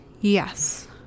yes